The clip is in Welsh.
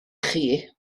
chi